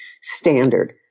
standard